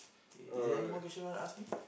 K is there any more question want to ask me